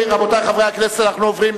רבותי חברי הכנסת, אנחנו עוברים,